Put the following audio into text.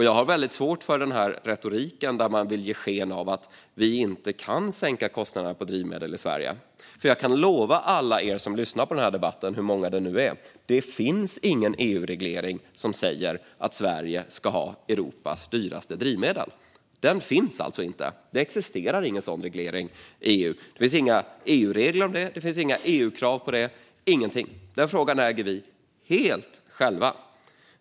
Jag har väldigt svårt för retoriken där man vill ge sken av att vi inte kan sänka kostnaderna på drivmedel i Sverige. Jag kan lova alla er som lyssnar på den här debatten, hur många det nu är: Det finns ingen EU-reglering som säger att Sverige ska ha Europas dyraste drivmedel. Den finns alltså inte. Det existerar inte någon sådan reglering i EU. Det finns inga EU-regler om det. Det finns inga EU-krav på det. Det finns ingenting. Den frågan äger vi helt själva.